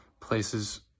places